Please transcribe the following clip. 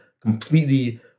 completely